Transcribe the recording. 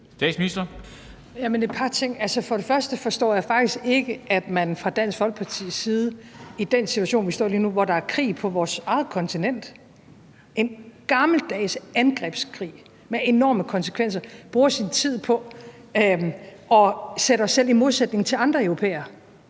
har et par ting. Jeg forstår faktisk ikke, at man i Dansk Folkeparti i den situation, som vi står i lige nu, hvor der er krig på vores eget kontinent – en gammeldags angrebskrig med enorme konsekvenser – bruger sin tid på at sætte os i modsætning til andre europæere.